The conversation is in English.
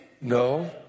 No